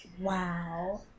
Wow